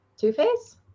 Two-Face